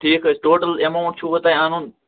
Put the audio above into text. ٹھیٖک حظ چھِ ٹوٹل اٮ۪ماوُنٛٹ چھُوٕ تۄہہِ اَنُن